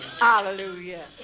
Hallelujah